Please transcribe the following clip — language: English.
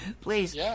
Please